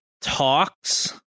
talks